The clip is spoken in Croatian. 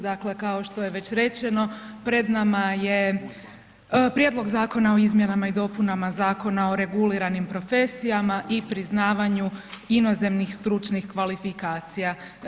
Dakle, kao što je već rečeno pred nama je Prijedlog zakona o izmjenama i dopunama Zakona o reguliranim profesijama i priznavanju inozemnih stručnih kvalifikacija.